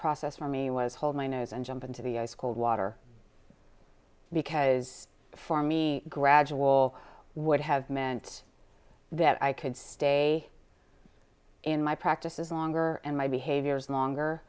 process for me was hold my nose and jump into the ice cold water because for me gradual would have meant that i could stay in my practices longer and my behaviors longer